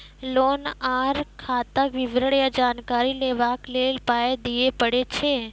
Loan आर खाताक विवरण या जानकारी लेबाक लेल पाय दिये पड़ै छै?